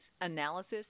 analysis